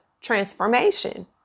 transformation